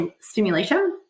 stimulation